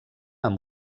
amb